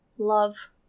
Love